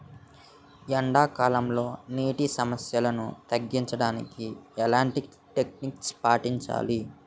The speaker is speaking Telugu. ఎండా కాలంలో, నీటి సమస్యలను తగ్గించడానికి ఎలాంటి టెక్నిక్ పాటించాలి?